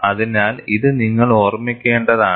അതിനാൽ ഇത് നിങ്ങൾ ഓർമ്മിക്കേണ്ടതാണ്